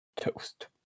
toast